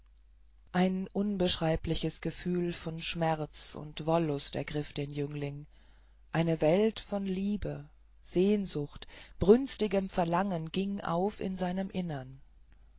ein unbeschreibliches gefühl von schmerz und wollust ergriff den jüngling eine welt von liebe sehnsucht brünstigem verlangen ging auf in seinem innern